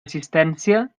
assistència